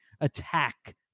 attack